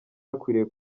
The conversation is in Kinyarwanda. akwiye